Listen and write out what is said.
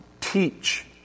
teach